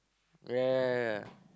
ya ya